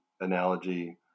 analogy